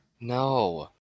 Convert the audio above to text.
No